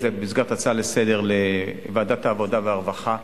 זה במסגרת הצעה לסדר-היום לוועדת העבודה והרווחה,